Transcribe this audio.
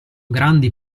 grandi